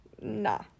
nah